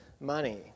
money